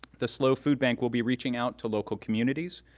the slo food bank will be reaching out to local communities,